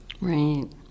right